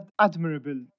admirable